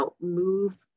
move